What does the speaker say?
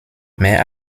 mehr